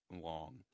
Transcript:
long